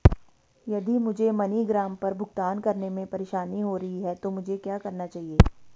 यदि मुझे मनीग्राम पर भुगतान करने में परेशानी हो रही है तो मुझे क्या करना चाहिए?